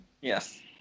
Yes